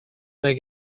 mae